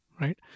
right